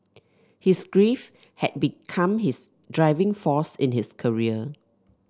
his grief had become his driving force in his career